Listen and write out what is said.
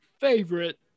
favorite